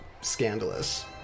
scandalous